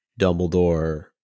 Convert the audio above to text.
Dumbledore